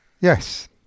Yes